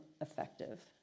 effective